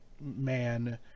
man